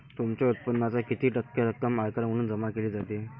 तुमच्या उत्पन्नाच्या किती टक्के रक्कम आयकर म्हणून जमा केली जाते?